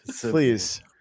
Please